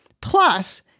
Plus